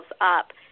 up